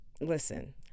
Listen